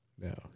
No